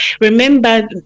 remember